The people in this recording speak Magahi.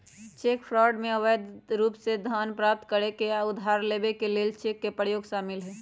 चेक फ्रॉड में अवैध रूप से धन प्राप्त करे आऽ उधार लेबऐ के लेल चेक के प्रयोग शामिल हइ